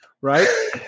right